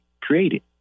created